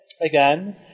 again